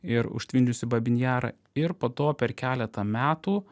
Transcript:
ir užtvindžiusi babyn jarą ir po to per keletą metų